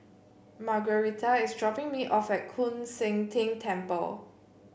Margueritta is dropping me off at Koon Seng Ting Temple